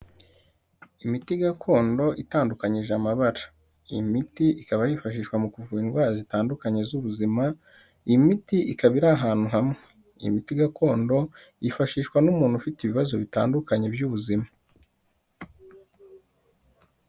Imiti gakondo itandukanyije amabara, iyi miti ikaba yifashishwa mu kuvura indwara zitandukanye z'ubuzima, iyi miti ikaba iri ahantu hamwe, imiti gakondo yifashishwa n'umuntu ufite ibibazo bitandukanye by'ubuzima.